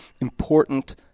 important